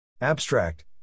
Abstract